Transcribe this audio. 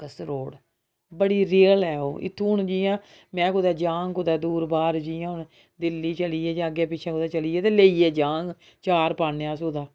कसरोड बड़ी रियल ऐ ओह् इत्थुं हून जियां में कुदै जाङ कुदै दूर पार जियां हून दिल्ली चलियै जाह्गे पिच्छें कुदै चली गे ते लेइयै जाङ चार पान्ने आं अस ओह्दा